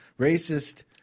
Racist